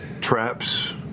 traps